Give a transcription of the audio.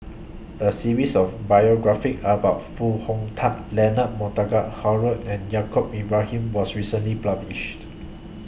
A series of biographies about Foo Hong Tatt Leonard Montague Harrod and Yaacob Ibrahim was recently published